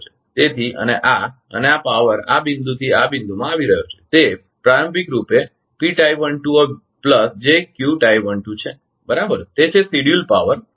તેથી અને આ અને આ પાવર આ બિંદુએ થી આ બિંદુમાં આવી રહયો છે તે પ્રારંભિક રૂપે છે બરાબર તે છે તે શિડ્લ્યુડ પાવર છે જે શરૂઆતમાં છે બરાબર